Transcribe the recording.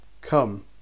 Come